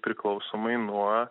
priklausomai nuo